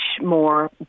more